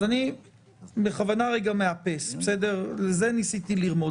אני רגע מאפס, לזה ניסיתי לרמוז.